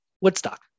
Woodstock